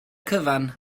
cyfan